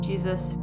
Jesus